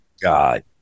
God